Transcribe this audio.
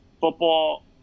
Football